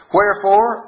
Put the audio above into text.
Wherefore